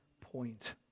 point